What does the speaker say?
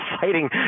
fighting